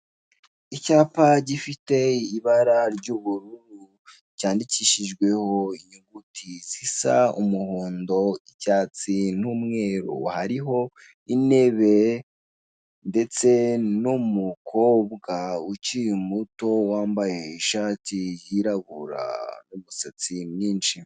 Icyapa gifite ibara ry'ubururu cyandikishijweho inyuguti zisa umuhondo, icyatsi n'umweru hariho intebe ndetse n'umukobwa ukiri muto wambaye ishati yirabura n'umusatsi mwinshi.